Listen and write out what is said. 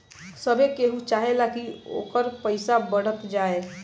सभे केहू चाहेला की ओकर पईसा बढ़त जाए